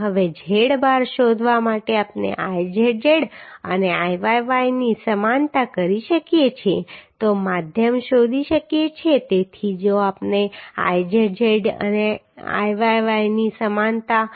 હવે z બાર શોધવા માટે આપણે Izz અને Iyy ની સમાનતા કરી શકીએ તે માધ્યમ શોધી શકીએ છીએ તેથી જો આપણે Izz અને Iyy ની સમાનતા કરીએ તો આપણે 90